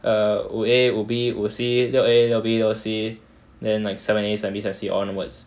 err 五 A 五 B 五 C 六 A 六 B 六 C then like seven A seven B seven C onwards